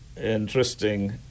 Interesting